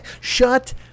Shut